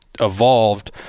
evolved